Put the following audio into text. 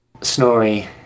Snorri